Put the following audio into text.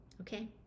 okay